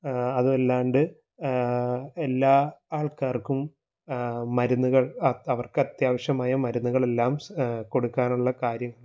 അതല്ലാണ്ട് എല്ലാ ആള്ക്കാര്ക്കും മരുന്നുകള് അവര്ക്കത്യാവശ്യമായ മരുന്നുകളെല്ലാം കൊടുക്കാനുള്ള കാര്യം